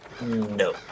No